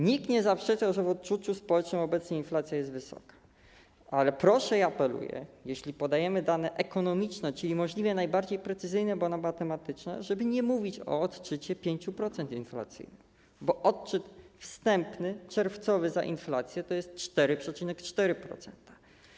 Nikt nie zaprzeczał, że w odczuciu społecznym obecnie inflacja jest wysoka, ale proszę i apeluję: jeśli podajemy dane ekonomiczne, czyli możliwie najbardziej precyzyjne, monotematyczne, to żeby nie mówić o odczycie 5% inflacji, bo odczyt wstępny, czerwcowy za inflację to jest 4,4%.